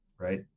Right